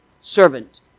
servant